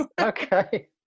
Okay